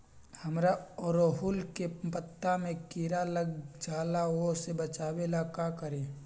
हमरा ओरहुल के पत्ता में किरा लग जाला वो से बचाबे ला का करी?